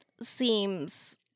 Seems